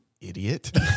idiot